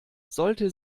sollte